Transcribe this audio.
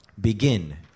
Begin